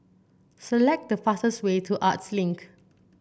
select the fastest way to Arts Link